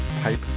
pipe